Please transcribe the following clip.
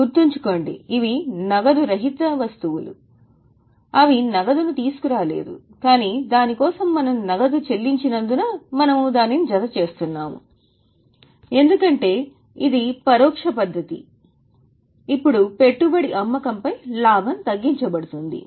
గుర్తుంచుకోండి ఇవి నగదు రహిత వస్తువులు అవి నగదును తీసుకురాలేదు కాని దాని కోసం మనము నగదు చెల్లించనందున మనము దానిని జతచేస్తున్నాము ఎందుకంటే ఇది పరోక్ష పద్ధతి అప్పుడు పెట్టుబడి అమ్మకంపై లాభం తగ్గించబడుతుంది